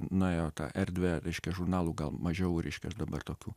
nuėjo tą erdvę reiškia žurnalų gal mažiau reiškia dabar tokių